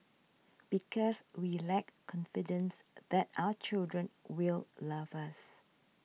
because we lack confidence that our children will love us